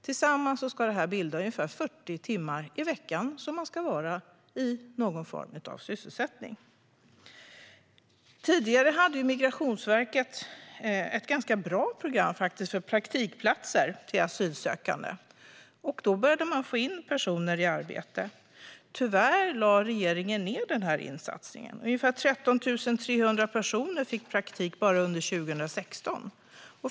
Tillsammans ska detta bilda ungefär 40 timmar i veckan som människor ska vara i någon form av sysselsättning. Tidigare hade Migrationsverket ett ganska bra program för praktikplatser till asylsökande. Då började man få in personer i arbete. Tyvärr lade regeringen ned insatsen. Då hade 13 300 personer fått praktik bara under 2016.